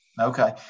Okay